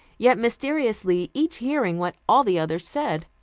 yet, mysteriously, each hearing what all the others said.